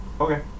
Okay